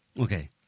okay